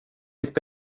mitt